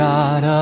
God